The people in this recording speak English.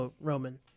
Roman